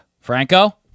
Franco